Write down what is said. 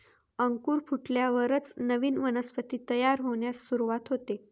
अंकुर फुटल्यावरच नवीन वनस्पती तयार होण्यास सुरूवात होते